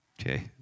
Okay